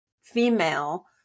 female